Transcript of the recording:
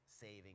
saving